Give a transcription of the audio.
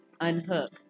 Unhook